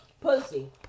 pussy